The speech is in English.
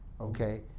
okay